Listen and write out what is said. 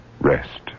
rest